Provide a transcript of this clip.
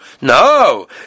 No